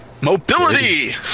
Mobility